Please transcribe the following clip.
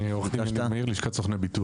כן, יניב מאיר, אני עורך דין מלשכת סוכני בטוח.